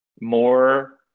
more